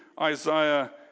Isaiah